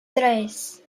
tres